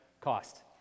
cost